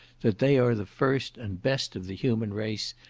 that they are the first and best of the human race,